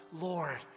Lord